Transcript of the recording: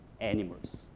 animals